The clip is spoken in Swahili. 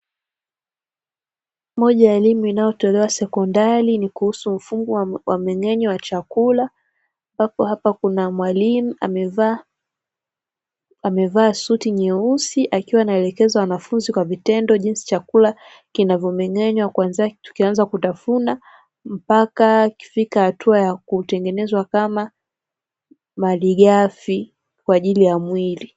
Moja ya elimu inayotolewa sekondari, ni kuhusu mfumo wa mmeng'enyo wa chakula, ambapo hapa kuna mwalimu amevaa suti nyeusi, akiwa anaelekeza wanafunzi kwa vitendo jinsi chakula kinavyomeng'enywa kuanzia tukianza kutafuna, mpaka ikifika hatua ya kutengenezwa kama malighafi kwa ajili ya mwili.